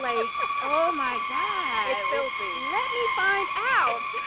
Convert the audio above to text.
like oh my god it's filthy. let me find out.